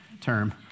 term